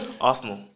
Arsenal